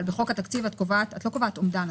אבל בחוק התקציב את לא קובעת אומדן,